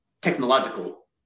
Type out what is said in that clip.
technological